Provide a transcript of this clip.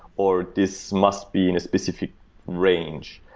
or this must be in a specific range.